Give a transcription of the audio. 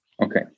Okay